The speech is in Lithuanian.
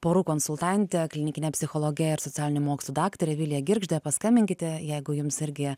porų konsultante klinikine psichologe ir socialinių mokslų daktare vilija girgžde paskambinkite jeigu jums irgi